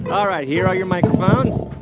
all right. here are your microphones.